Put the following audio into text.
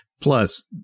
Plus